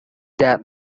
there